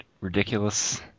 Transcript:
ridiculous